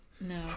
No